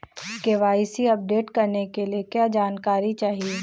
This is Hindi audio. के.वाई.सी अपडेट करने के लिए क्या जानकारी चाहिए?